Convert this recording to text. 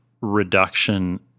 reduction